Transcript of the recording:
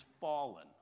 fallen